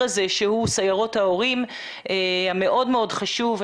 הזה שהוא סיירות ההורים שהן מאוד מאוד חשובות.